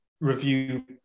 review